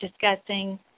discussing